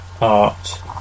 art